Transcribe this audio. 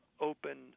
open